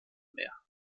mehr